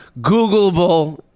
Googleable